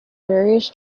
various